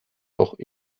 doch